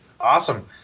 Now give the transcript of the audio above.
Awesome